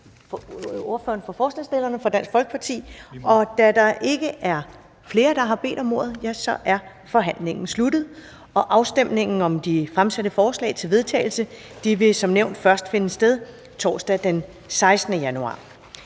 ordføreren for forespørgerne fra Dansk Folkeparti. Da der ikke er flere, der har bedt om ordet, er forhandlingen sluttet. Afstemningen om de fremsatte forslag til vedtagelse vil som nævnt først finde sted torsdag den 16. januar